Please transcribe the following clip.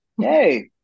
Hey